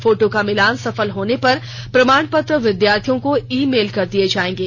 photo का मिलान सफल होने पर प्रमाण पत्र विद्यार्थियों को ई मेल कर दिये जाएंगे